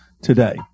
today